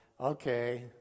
okay